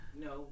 No